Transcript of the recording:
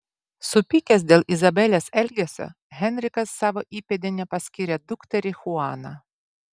supykęs dėl izabelės elgesio henrikas savo įpėdine paskyrė dukterį chuaną